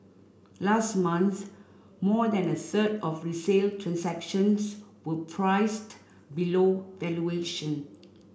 last month more than a third of resale transactions were priced below valuation